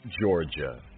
Georgia